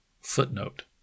Footnote